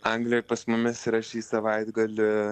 anglijoj pas mumis yra šį savaitgalį